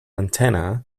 antenna